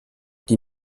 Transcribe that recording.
die